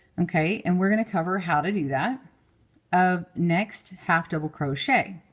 ok. and we're going to cover how to do that of next half double crochet.